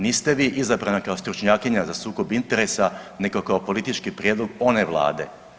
Niste vi izabrana kao stručnjakinja za sukob interesa, nego kao politički prijedlog one Vlade.